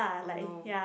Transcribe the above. oh no